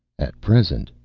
at present,